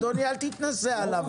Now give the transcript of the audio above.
אדוני, אל תתנשא עליו.